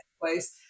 place